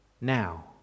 Now